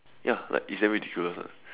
ya like it's damn ridiculous lah